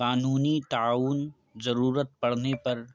قانونی تعاون ضرورت پڑنے پر